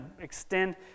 extend